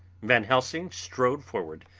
van helsing strode forward,